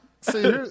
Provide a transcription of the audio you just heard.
see